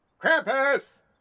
Krampus